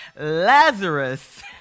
Lazarus